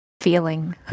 feeling